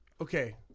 Okay